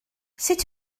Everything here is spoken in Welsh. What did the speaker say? sut